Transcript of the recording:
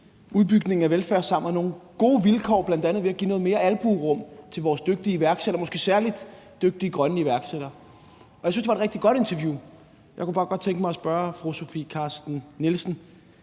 udbygningen af velfærdssamfundet nogle gode vilkår, bl.a. ved at give noget mere albuerum til vores dygtige iværksættere, måske særlig dygtige grønne iværksættere. Og jeg synes, det var et rigtig godt interview. Jeg kunne bare godt tænke mig at spørge fru Sofie Carsten Nielsen: